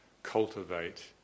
cultivate